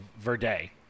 Verde